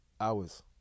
hours